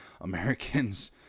Americans